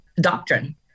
doctrine